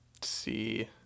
see